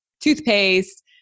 toothpaste